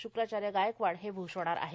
शुक्राचार्य गायकवाड हे भूषवणार आहेत